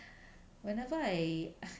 whenever I